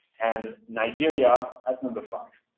and nigeria as number five.